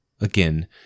Again